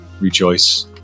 rejoice